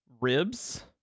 ribs